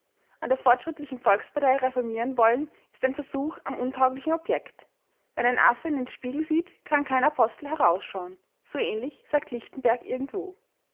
an der fortschrittlichen volkspartei reformieren wollen ist ein versuch am untauglichen objekt wenn ein affe in den spiegel sieht kann kein apostel herausschauen so ähnlich sagt lichtenberg irgendwo